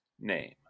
name